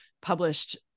published